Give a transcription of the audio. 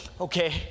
okay